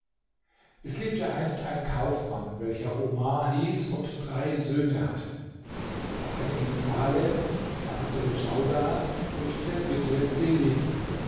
es lebte einst ein kaufmann welcher omar hieß und drei söhne hatte der eine hieß salem der andere djaudar und der dritte selim